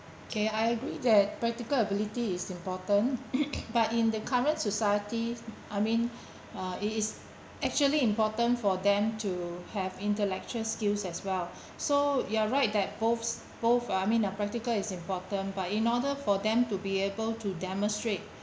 K I agree that practical ability is important but in the current society I mean uh it is actually important for them to have intellectual skills as well so you are right that both both I mean practical is important but in order for them to be able to demonstrate